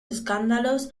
escándalos